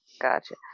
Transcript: Gotcha